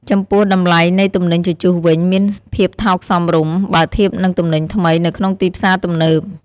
ចំពោះ តម្លៃ នៃទំនិញជជុះវិញ មានភាពថោកសមរម្យ បើធៀបនឹងទំនិញថ្មីនៅក្នុងទីផ្សារទំនើប។